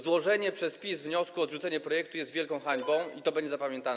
Złożenie przez PiS wniosku o odrzucenie projektu jest wielką hańbą i to będzie zapamiętane.